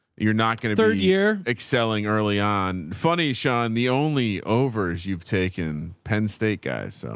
you're not going to third year excelling early on. funny sean, and the only overs you've taken penn state guys. so